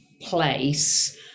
place